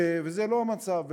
וזה לא המצב.